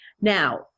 Now